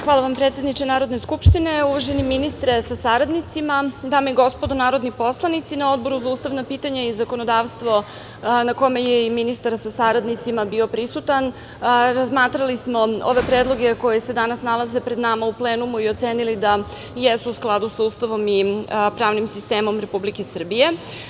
Hvala predsedničke Narodne skupštine, uvaženi ministre sa saradnicima, dame i gospodo narodni poslanici, na Odboru za ustavna pitanja i zakonodavstvo, na kome je i ministar sa saradnicima bio prisutan razmatrali smo ove predloge koji se danas nalaze pred nama u plenumu i ocenili da jesu u skladu sa Ustavom i pravnim sistemom Republike Srbije.